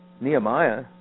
Nehemiah